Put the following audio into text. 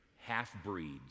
half-breeds